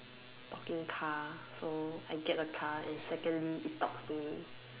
talking car so I get a car and secondly it talks to me